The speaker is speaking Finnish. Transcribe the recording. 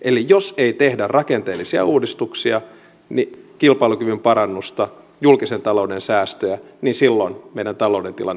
eli jos ei tehdä rakenteellisia uudistuksia kilpailukyvyn parannusta julkisen talouden säästöjä niin silloin meidän talouden tilanne heikkenee edelleen